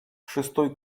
шестой